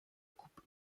coupe